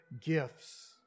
gifts